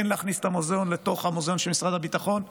להכניס את המוזיאון לתוך המוזיאון של משרד הביטחון.